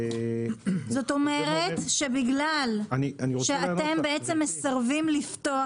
זאת אומרת שבגלל שאתם בעצם מסרבים לפתוח